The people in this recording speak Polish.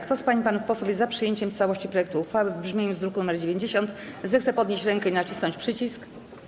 Kto z pań i panów posłów jest za przyjęciem w całości projektu uchwały w brzmieniu z druku nr 90, zechce podnieść rękę i nacisnąć przycisk.